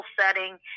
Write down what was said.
setting